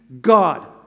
God